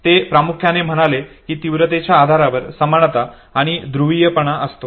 ते प्रामुख्याने म्हणाले की तीव्रतेच्या आधारावर समानता आणि ध्रुवीयपणा असतो